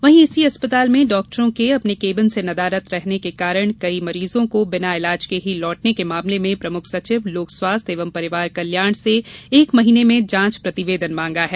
वहीं इसी अस्पताल में डॉक्टरों के अपने केबिन से नदारद रहने के कारण कई मरीजों को बिना इलाज के ही लौटने के मामले में प्रमुख सचिव लोक स्वास्थ्य एवं परिवार कल्याण से एक महीने में जांच प्रतिवेदन मांगा है